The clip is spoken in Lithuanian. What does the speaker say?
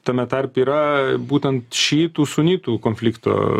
tame tarpe yra būtent šytų sunitų konflikto